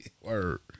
Word